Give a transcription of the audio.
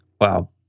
Wow